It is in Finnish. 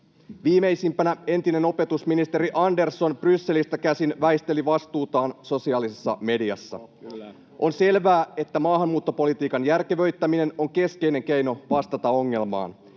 Viimeisimpänä entinen opetusministeri Andersson Brysselistä käsin väisteli vastuutaan sosiaalisessa mediassa. On selvää, että maahanmuuttopolitiikan järkevöittäminen on keskeinen keino vastata ongelmaan.